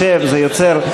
זה יוצר,